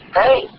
hey